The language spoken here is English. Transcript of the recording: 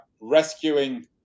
rescuing